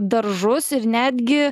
daržus ir netgi